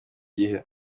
gihe